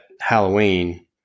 Halloween